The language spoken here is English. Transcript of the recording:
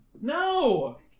No